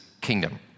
kingdom